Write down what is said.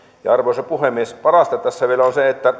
ja arvoisa puhemies parasta tässä vielä on se että